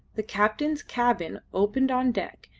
the captain's cabin opened on deck,